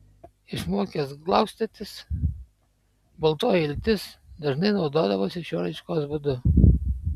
išmokęs glaustytis baltoji iltis dažnai naudodavosi šiuo raiškos būdu